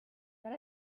that